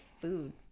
food